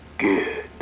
Good